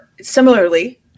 similarly